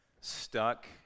stuck